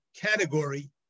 category